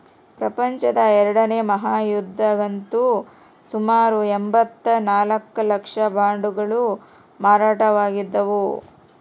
ಪ್ರಪಂಚದ ಎರಡನೇ ಮಹಾಯುದ್ಧದಗಂತೂ ಸುಮಾರು ಎಂಭತ್ತ ನಾಲ್ಕು ಲಕ್ಷ ಬಾಂಡುಗಳು ಮಾರಾಟವಾಗಿದ್ದವು